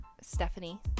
Stephanie